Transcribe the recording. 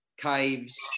caves